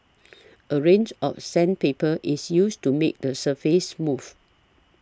a range of sandpaper is used to make the surface smooth